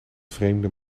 vreemde